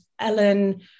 Ellen